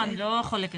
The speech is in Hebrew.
לא, אני לא חולקת על כך.